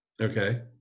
Okay